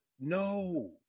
no